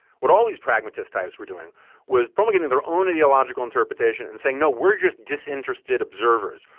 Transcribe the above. what all these pragmatist types were doing was promulgating their own ideological interpretation and saying, no, we're just disinterested observers.